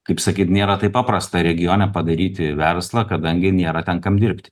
kaip sakyt nėra taip paprasta regione padaryti verslą kadangi nėra ten kam dirbti